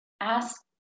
ask